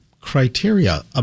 criteria